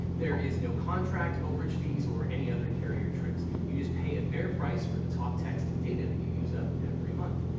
there is no contract, overage fees or any other carrier tricks. you just pay a fair price for the talk, text, and data that you use up every month.